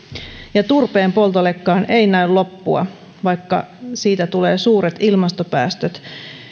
ja turpeenpoltollekaan ei näy loppua vaikka siitä tulee suuret ilmastopäästöt